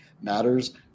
matters